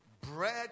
Bread